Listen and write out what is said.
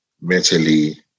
mentally